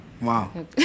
wow